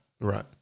Right